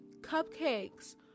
cupcakes